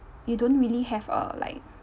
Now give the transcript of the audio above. you don't really have a like